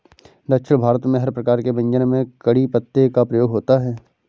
दक्षिण भारत में हर प्रकार के व्यंजन में कढ़ी पत्ते का प्रयोग होता है